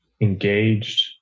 engaged